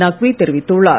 நக்வி தெரிவித்துள்ளார்